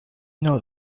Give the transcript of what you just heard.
know